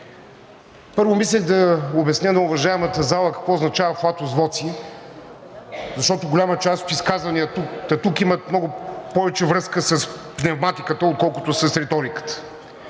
Първо, мислех да обясня на уважаемата зала какво означава flatus vocis, защото голяма част от изказванията тук имат много повече връзка с пневматиката, отколкото с реториката.